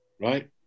right